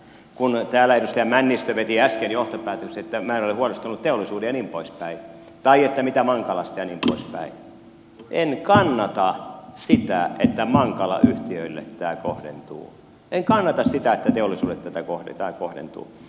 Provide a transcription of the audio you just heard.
kun täällä edustaja männistö veti äsken johtopäätöksen että minä en ole huolestunut teollisuudesta ja niin pois päin tai että mitä mankalasta ja niin pois päin niin en kannata sitä että mankala yhtiöille tämä kohdentuu en kannata sitä että teollisuudelle tämä kohdentuu